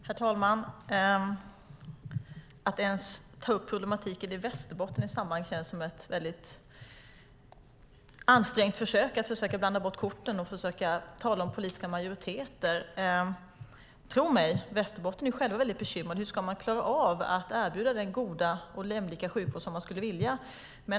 Herr talman! Att ens ta upp problematiken i Västerbotten i sammanhanget känns som ett ansträngt försök att blanda bort korten och försöka tala om politiska majoriteter. Tro mig: I Västerbotten är man väldigt bekymrad över hur man ska klara av att erbjuda den goda och jämlika sjukvård som man skulle vilja ge.